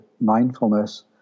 mindfulness